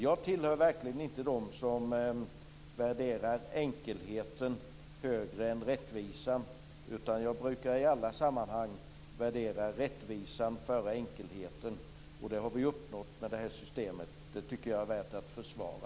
Jag tillhör verkligen inte dem som värderar enkelheten högre än rättvisan. Jag brukar i alla sammanhang sätta rättvisan före enkelheten. Det har vi uppnått med det här systemet. Det tycker jag är värt att försvara.